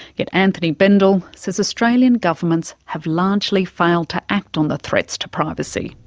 yet anthony bendall says australian governments have largely failed to act on the threats to privacy.